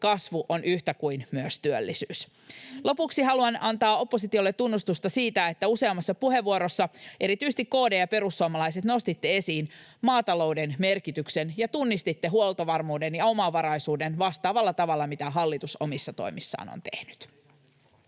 kasvu on yhtä kuin myös työllisyys. Lopuksi haluan antaa oppositiolle tunnustusta siitä, että useammassa puheenvuorossa, erityisesti KD ja perussuomalaiset, nostitte esiin maatalouden merkityksen ja tunnistitte huoltovarmuuden ja omavaraisuuden vastaavalla tavalla kuin hallitus omissa toimissaan on tehnyt.